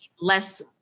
less